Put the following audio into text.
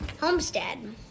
Homestead